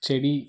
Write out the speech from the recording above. செடி